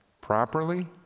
properly